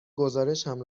گزارشم